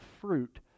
fruit